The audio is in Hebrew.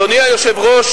אדוני היושב-ראש,